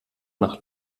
nach